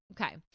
Okay